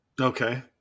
Okay